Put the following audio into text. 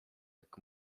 jak